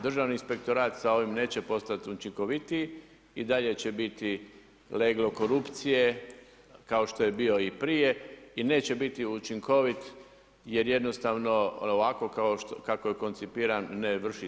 Državni inspektorat sa ovim neće postati učinkovitiji, i dalje će biti leglo korupcije kao što je bio i prije i neće biti učinkovit jer jednostavno ovako kako je koncipiran ne vrši svoju funkciju.